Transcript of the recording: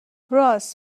راس